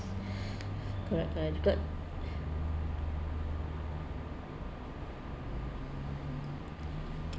correct correct wasted